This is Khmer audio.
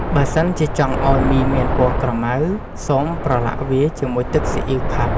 បើសិនជាចង់ឱ្យមីមានពណ៌ក្រមៅ សូមប្រលាក់វាជាមួយទឹកស៊ីអ៉ីវខាប់។